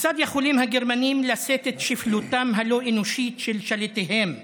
"כיצד יכולים הגרמנים לשאת את שפלותם הלא-אנושית של שליטיהם הנוכחיים?